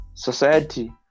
Society